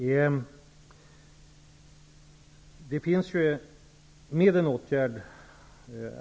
Det finns mer än en åtgärd.